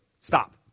Stop